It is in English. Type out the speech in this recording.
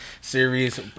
series